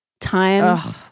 time